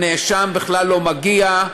הנאשם בכלל לא מגיע,